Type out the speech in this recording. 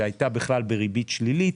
שהייתה בכלל בריבית שלילית,